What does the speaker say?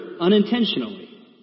unintentionally